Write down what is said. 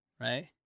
Right